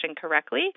correctly